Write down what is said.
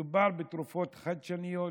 מדובר בתרופות חדשניות